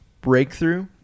breakthrough